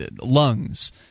lungs